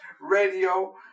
Radio